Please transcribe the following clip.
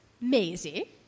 Maisie